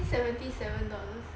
seventy seven dollars